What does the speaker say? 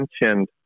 mentioned